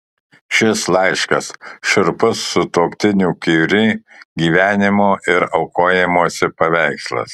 šis laiškas šiurpus sutuoktinių kiuri gyvenimo ir aukojimosi paveikslas